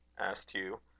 asked hugh.